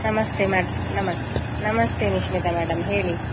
ನಮಸ್ತೇ ma'am ನಮಸ್ತೇ ನಮಸ್ತೇ Nishmita madam ಹೇಳಿ